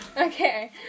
Okay